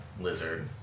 lizard